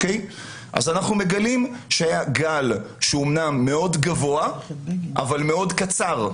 אנחנו מגלים שהיה גל שאמנם הוא מאוד גבוה אבל מאוד קצר.